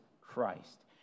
Christ